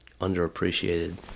underappreciated